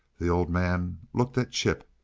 the old man looked at chip,